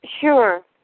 Sure